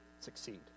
succeed